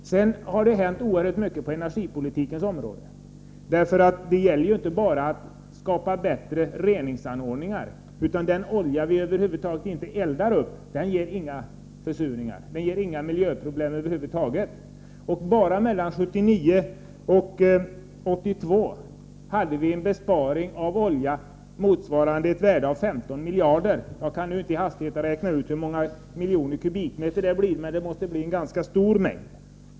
Sedan har det hänt oerhört mycket på energipolitikens område. Det gäller juinte bara att skapa reningsanordningar, utan den olja som vi inte eldar upp ger inga försurningar och inga miljöproblem över huvud taget. Bara mellan 1979 och 1982 sparade vi olja motsvarande ett värde av 15 miljarder. Jag kan inte nu i hastigheten räkna ut hur många miljoner kubikmeter det blir, men det måste vara en ganska stor mängd.